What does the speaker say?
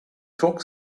took